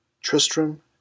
Tristram